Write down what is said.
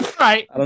Right